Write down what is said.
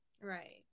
right